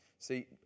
See